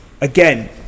again